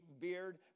beard